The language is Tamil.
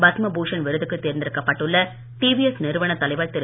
பத்ம பூஷன் விருதுக்கு தேர்ந்தெடுக்கப்பட்டுள்ள டிவிஎஸ் நிறுவன தலைவர் திரு